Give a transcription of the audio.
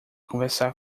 conversar